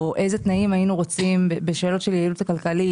איזה תנאים היינו רוצים בשאלות של יעילות הכלכלית,